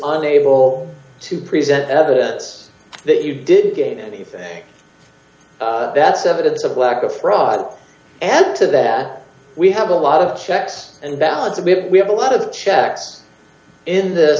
unable to present evidence that you didn't get anything that's evidence of lack of fraud add to that we have a lot of checks and balances maybe we have a lot of checks in th